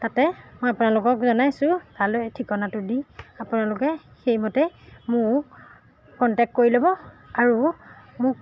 তাতে মই আপোনালোকক জনাইছোঁ তালৈ ঠিকনাটো দি আপোনালোকে সেইমতে মোক কণ্টেক্ট কৰি ল'ব আৰু মোক